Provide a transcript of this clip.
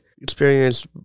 experience